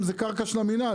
קרקע של המדינה.